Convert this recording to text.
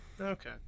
Okay